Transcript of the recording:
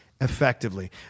effectively